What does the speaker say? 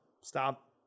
stop